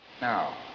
Now